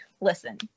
listen